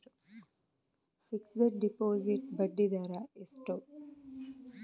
Fixed deposit ಬಡ್ಡಿ ದರ ಎಷ್ಟು?